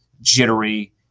jittery